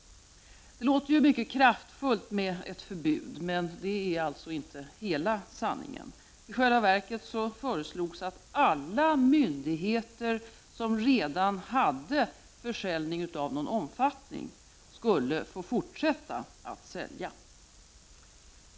Det låter mycket kraftfullt med ett förbud, men det är alltså inte hela sanningen. I själva verket föreslogs att alla myndigheter som redan hade försäljning av någon omfattning skulle få fortsätta att sälja.